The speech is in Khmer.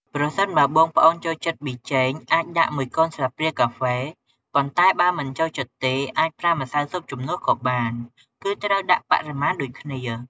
ប្រសិនបើបងប្អូនចូលចិត្តប៊ីចេង អាចដាក់១កូនស្លាបព្រាកាហ្វេ ប៉ុន្តែបើមិនចូលចិត្តទេ អាចប្រើម្សៅស៊ុបជំនួសក៏បាន គឺត្រូវដាក់បរិមាណដូចគ្នា។